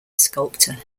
sculptor